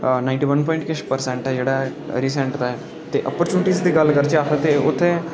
ninety one point किश ऐ जेह्ड़ा रीसैंट ऐ ते अपर्च्युनिटी दी गल्ल करचै अगर अस उत्थै ते